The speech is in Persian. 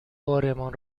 بارمان